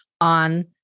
on